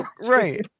right